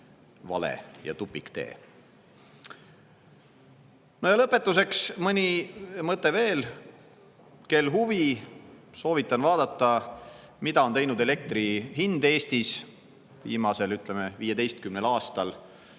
tupiktee. Lõpetuseks mõni mõte veel. Kel huvi, soovitan vaadata, mida on teinud elektri hind Eestis viimasel 15 aastal,